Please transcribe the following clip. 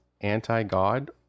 anti-God